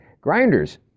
Grinders